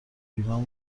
ایران